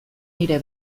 nire